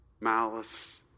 malice